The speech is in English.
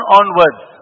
onwards